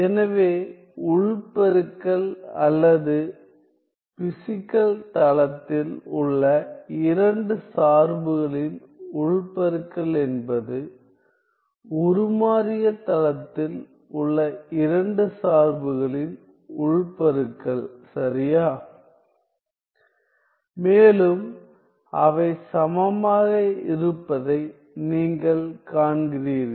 எனவே உள் பெருக்கல் அல்லது பிசிகல் தளத்தில் உள்ள இரண்டு சார்புகளின் உள் பெருக்கல் என்பது உருமாறிய தளத்தில் உள்ள இரண்டு சார்புகளின் உள் பெருக்கல் சரியா மேலும் அவை சமமாக இருப்பதை நீங்கள் காண்கிறீர்கள்